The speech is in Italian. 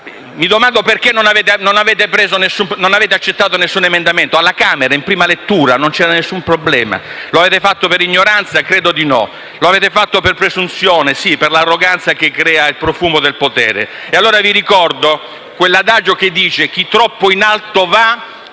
mi domando perché non abbiate accettato alcun emendamento. Alla Camera in prima lettura non c'era alcun problema. Lo avete fatto per ignoranza? Credo di no. Lo avete fatto per presunzione. Sì, per l'arroganza che crea il profumo del potere! *(Commenti dal Gruppo M5S).* Vi ricordo, allora, quell'adagio che dice: chi troppo in alto va,